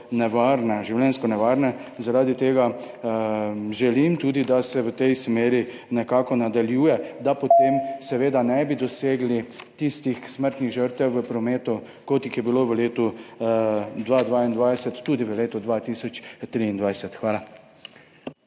nevarne, življenjsko nevarne. Zaradi tega želim tudi, da se v tej smeri nekako nadaljuje, da potem seveda ne bi dosegli toliko smrtnih žrtev v prometu, kot jih je bilo v letu 2022, tudi v letu 2023. Hvala.